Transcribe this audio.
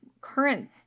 current